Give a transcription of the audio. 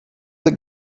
the